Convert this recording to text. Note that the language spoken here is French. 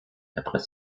après